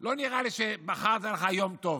לא נראה לי שבחרת לך יום טוב.